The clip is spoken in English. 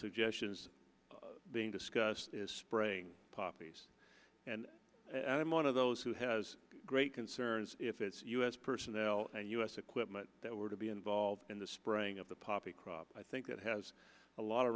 suggestions being discussed is spraying poppies and i'm one of those who has great concerns if it's u s personnel and u s equipment that were to be involved in the spring of the poppy crop i think that has a lot of